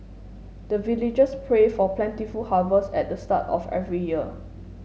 the villagers pray for plentiful harvest at the start of every year